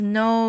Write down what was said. no